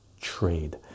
trade